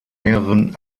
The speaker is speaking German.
mehreren